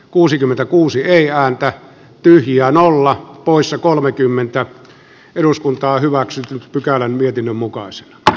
kuusikymmentäkuusi ei ääntä pyhiään olla poissa on esko kivirannan kannattamana ehdottanut että pykälä poistetaan